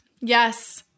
Yes